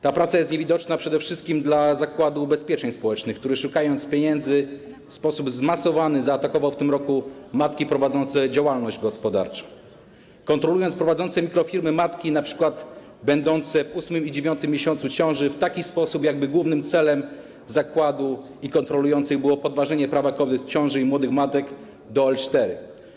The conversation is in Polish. Ta praca jest niewidoczna przede wszystkim dla Zakładu Ubezpieczeń Społecznych, który, szukając pieniędzy, w sposób zmasowany zaatakował w tym roku matki prowadzące działalność gospodarczą, kontrolując prowadzące mikrofirmy matki będące np. w 8 i 9 miesiącu ciąży w taki sposób, jakby głównym celem zakładu i kontrolujących było podważenie prawa kobiet w ciąży i młodych matek do L4.